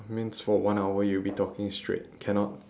means for one hour you will be taking straight cannot